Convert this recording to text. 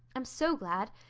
i'm so glad.